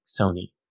sony